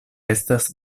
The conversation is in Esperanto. estas